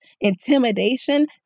intimidation